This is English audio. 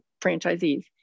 franchisees